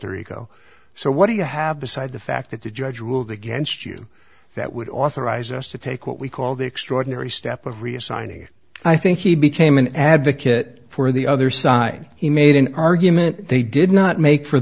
ego so what do you have beside the fact that the judge ruled against you that would authorize us to take what we call the extraordinary step of reassigning i think he became an advocate for the other side he made an argument they did not make for